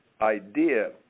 idea